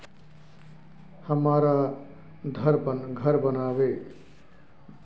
हमरा धर बनावे खातिर लोन के लिए कोन कौन कागज जमा करे परतै?